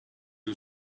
who